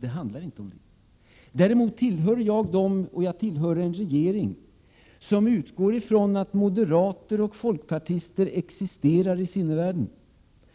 Det handlar inte om det. Jag tillhör dock en regering som utgår ifrån att moderater och folkpartister existerar i sinnevärlden